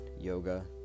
yoga